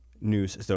news